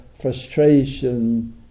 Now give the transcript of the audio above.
frustration